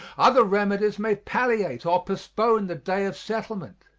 other remedies may palliate or postpone the day of settlement,